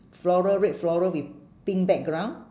floral red floral with pink background